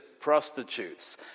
prostitutes